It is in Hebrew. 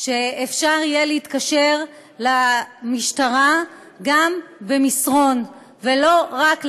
שאפשר יהיה להתקשר למשטרה גם במסרון ולא רק לדבר,